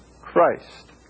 Christ